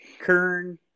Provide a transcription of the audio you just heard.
Kern